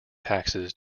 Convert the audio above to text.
taxes